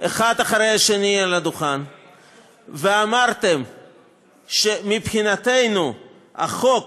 אחד אחרי השני על הדוכן ואמרתם שמבחינתנו החוק